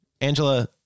Angela